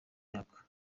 myaka